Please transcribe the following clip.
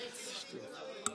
איזה שטויות.